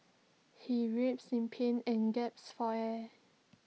he writhed in pain and gaps for air